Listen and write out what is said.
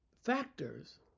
factors